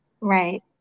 Right